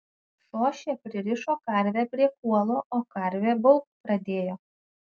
šošė pririšo karvę prie kuolo o karvė baubt pradėjo